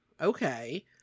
Okay